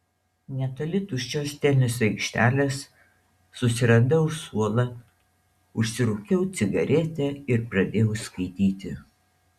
netoli tuščios teniso aikštelės susiradau suolą užsirūkiau cigaretę ir pradėjau skaityti